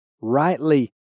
Rightly